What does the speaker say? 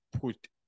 put